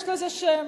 יש לזה שם.